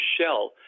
shell